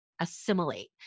assimilate